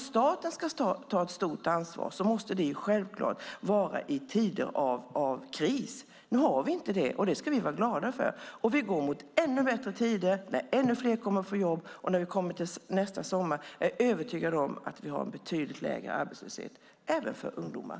Staten ska ta ansvar i tider av kris. Nu har vi ingen kris, och det ska vi vara glada för. Vi går mot ännu bättre tider då ännu fler kommer att få jobb. Jag är övertygad om att vi till nästa sommar ha en betydligt lägre arbetslöshet, även för ungdomar.